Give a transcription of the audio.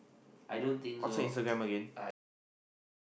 I don't think so I can I give